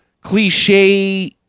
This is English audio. cliche